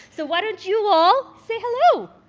so what don't you all say hello?